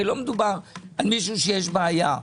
הרי לא מדובר על מישהו שיש בעיה,